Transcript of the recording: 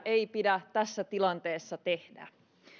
ei pidä tässä tilanteessa tehdä